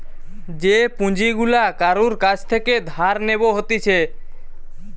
যে পুঁজি গুলা কারুর কাছ থেকে ধার নেব হতিছে